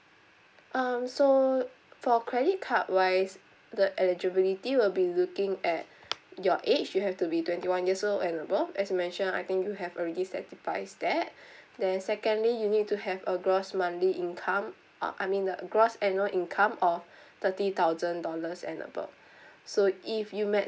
um so for credit card wise the eligibility will be looking at your age you have to be twenty one years old and above as mention I think you have already satisfied that then secondly you need to have a gross monthly income uh I mean the gross annual income of thirty thousand dollars and above so if you met